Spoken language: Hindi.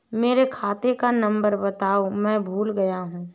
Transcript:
मेरे खाते का नंबर बताओ मैं भूल गया हूं